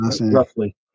Roughly